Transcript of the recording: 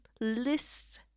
lists